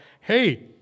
hey